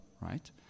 right